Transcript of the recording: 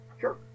Sure